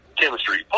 chemistry